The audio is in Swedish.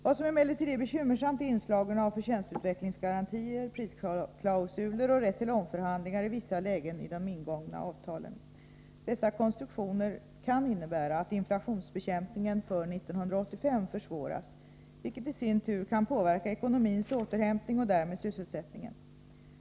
Vad som emellertid är bekymmersamt är inslagen av förtjänstutvecklingsgarantier, prisklausuler och rätt till omförhandlingar i vissa lägen i de ingångna avtalen. Dessa konstruktioner kan innebära att inflationsbekämpningen för 1985 försvåras, vilket i sin tur kan påverka ekonomins återhämtning och därmed sysselsättningen.